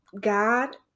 God